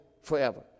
forever